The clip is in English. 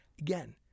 again